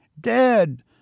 dead